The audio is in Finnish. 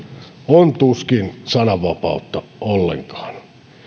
on tuskin sananvapautta ollenkaan